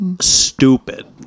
Stupid